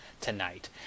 tonight